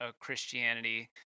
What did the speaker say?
Christianity